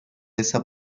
esa